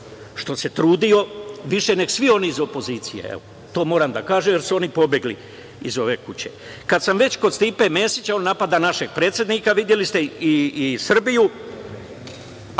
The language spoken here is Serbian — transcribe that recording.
što se trudio više nego svi oni iz opozicije. To moram da kažem, jer su oni pobegli iz ove kuće. Kad sam već kod Stipe Mesića, on napada našeg predsednika, videli ste, i Srbiju,